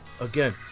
Again